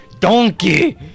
Donkey